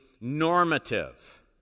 normative